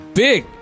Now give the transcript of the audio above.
big